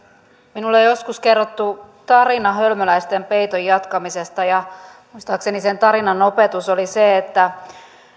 minulle on joskus kerrottu tarina hölmöläisten peiton jatkamisesta muistaakseni sen tarinan opetus oli se että